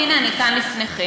והנה אני כאן לפניכם.